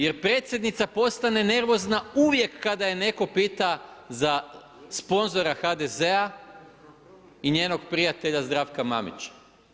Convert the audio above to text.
Jer predsjednica postane nervozna uvijek kada je netko pita za sponzora HDZ-a i njenog prijatelja Zdravka Mamića.